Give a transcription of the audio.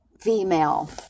female